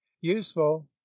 useful